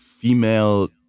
female